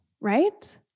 right